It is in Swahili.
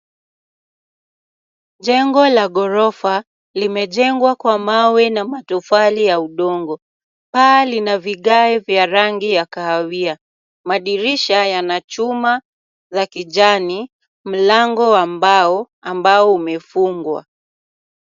Jengo la ghorofa limejengwa kwa mawe na matofali ya udongo, paa lina vigae vya rangi ya kahawia ,madirisha yana chuma za kijani ,mlango wa mbao ambao umefungwa.